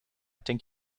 think